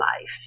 life